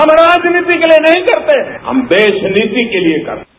हम राजनीति के लिए नहीं करते हम देश नीति के लिए करते हैं